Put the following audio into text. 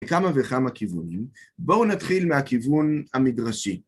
כמה וכמה כיוונים. בואו נתחיל מהכיוון המדרשי.